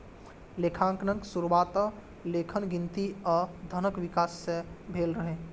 लेखांकनक शुरुआत लेखन, गिनती आ धनक विकास संग भेल रहै